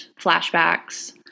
flashbacks